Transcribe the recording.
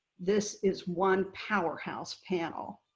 this is one powerhouse panel.